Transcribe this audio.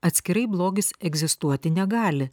atskirai blogis egzistuoti negali